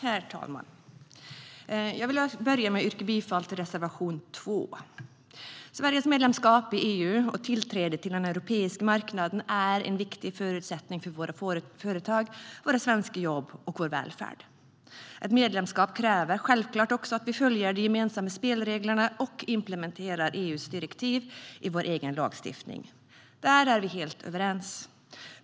Herr talman! Jag vill börja med att yrka bifall till reservation 2. Sveriges medlemskap i EU och tillträdet till den europeiska marknaden är en viktig förutsättning för våra företag, våra svenska jobb och vår välfärd. Ett medlemskap kräver självklart också att vi följer de gemensamma spelreglerna och implementerar EU:s direktiv i vår egen lagstiftning. Där är vi helt överens.